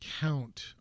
count